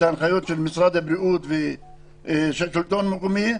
ההנחיות של משרד הבריאות ושל השלטון המקומי,